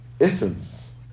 essence